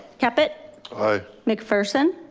yeah but aye. mcpherson